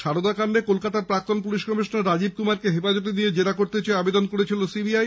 সারদা কান্ডে কলকাতার প্রাক্তণ পুলিশ কমিশনার রাজীব কুমারকে হেপাজতে নিয়ে জেরা করতে চেয়ে আবেদন করেছিল সি বি আই